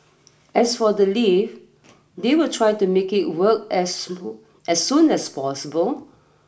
as for the lift they will try to make it work as soon as soon as possible